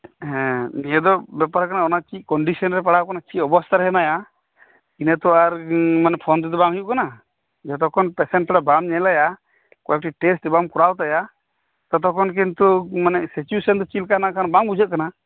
ᱦᱮᱸ ᱫᱤᱭᱮ ᱫᱚ ᱵᱮᱯᱟᱨ ᱠᱟᱱᱟ ᱚᱱᱟ ᱪᱤᱫ ᱠᱚᱱᱰᱤᱥᱮᱱ ᱨᱮ ᱯᱟᱲᱟᱣ ᱠᱟᱱᱟ ᱪᱮᱫ ᱚᱵᱚᱥᱛᱟᱨᱮ ᱦᱮᱱᱟᱭᱟ ᱤᱱᱟᱹ ᱛᱚ ᱟᱨ ᱯᱷᱳᱱ ᱛᱮᱫᱚ ᱵᱟᱝ ᱦᱩᱭᱩᱜ ᱠᱟᱱᱟ ᱡᱚᱛᱚ ᱠᱷᱚᱱ ᱯᱮᱥᱮᱱ ᱛᱷᱚᱲᱟ ᱵᱟᱢ ᱧᱮᱞᱮᱭᱟ ᱠᱚᱭᱮᱠᱴᱤ ᱴᱮᱥᱴ ᱵᱟᱢ ᱠᱚᱨᱟᱣ ᱛᱟᱭᱟ ᱛᱚᱛᱚ ᱠᱷᱚᱱ ᱠᱤᱱᱛᱩ ᱢᱟᱱᱮ ᱥᱤᱪᱩᱭᱮᱥᱚᱱ ᱫᱚ ᱪᱮᱜ ᱞᱮᱠᱟᱱᱟᱜ ᱠᱷᱟᱱ ᱵᱟᱝ ᱵᱩᱡᱷᱟᱹᱜ ᱠᱟᱱᱟ